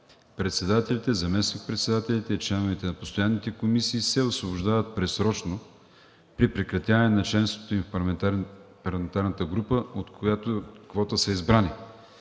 председателите, заместник-председателите и членовете на постоянните комисии се освобождават предсрочно при прекратяване на членството им в парламентарната група, от чиято квота са избрани.